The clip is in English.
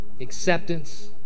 acceptance